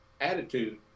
attitude